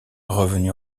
revenu